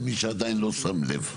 למי שעדיין לא שם לב.